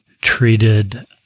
treated